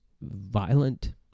violent